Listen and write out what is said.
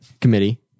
committee